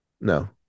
no